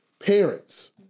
parents